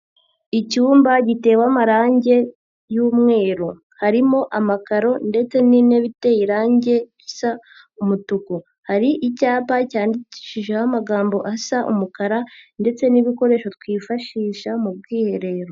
Icyumba gitewe amarangi y'umweru, harimo amakaro ndetse n'intebe iteye irangi isa umutuku, hari icyapa cyandikishijeho amagambo asa umukara ndetse n'ibikoresho twifashisha mu bwiherero.